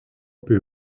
apie